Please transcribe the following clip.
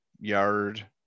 yard